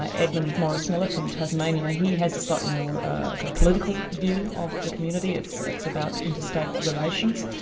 ah edmund morris miller from tasmania, he has a slightly more kind of political view of the community it's it's about interstate relations.